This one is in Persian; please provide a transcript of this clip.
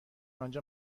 آنجا